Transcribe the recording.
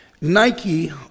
Nike